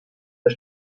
das